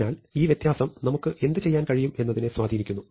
അതിനാൽ ഈ വ്യത്യാസം നമുക്ക് എന്ത് ചെയ്യാൻ കഴിയും എന്നതിനെ സ്വാധീനിക്കുന്നു